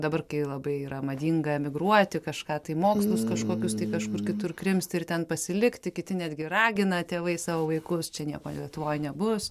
dabar kai labai yra madinga emigruoti kažką tai mokslus kažkokius tai kažkur kitur krimsti ir ten pasilikti kiti netgi ragina tėvai savo vaikus čia nieko lietuvoj nebus